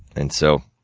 and so,